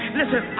listen